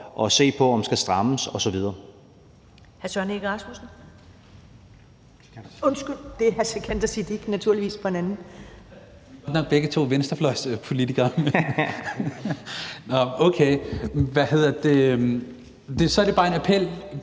at se på om skal strammes osv.